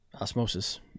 osmosis